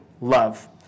love